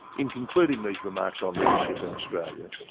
in concluding these remarks on leadership in australia,